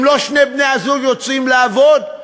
אם שני בני-הזוג לא יוצאים לעבוד,